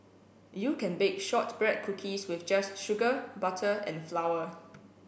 you can bake shortbread cookies with just sugar butter and flour